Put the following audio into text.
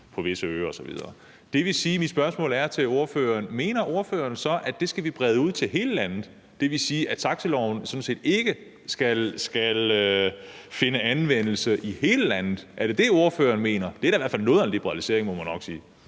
på visse øer osv. Det vil sige, at mit spørgsmål til ordføreren er: Mener ordføreren så, at det skal vi brede ud til hele landet? Det vil sige, at taxiloven sådan set ikke skal finde anvendelse i hele landet. Er det det, ordføreren mener? Det er da i hvert fald noget af en liberalisering, må man nok sige.